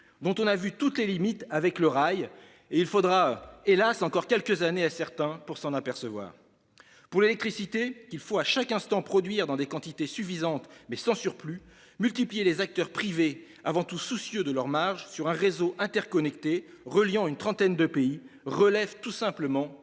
dont on a vu toutes les limites avec le rail. Il faudra- hélas ! -encore quelques années à certains pour s'en apercevoir. Pour l'électricité, qu'il faut à chaque instant produire dans des quantités suffisantes, mais sans surplus, multiplier les acteurs privés avant tout soucieux de leurs marges sur un réseau interconnecté reliant une trentaine de pays relève tout simplement